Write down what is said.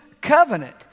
covenant